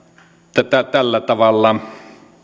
tällä tavalla